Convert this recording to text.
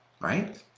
right